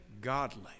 godly